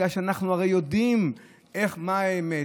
ואנחנו הרי יודעים מה האמת,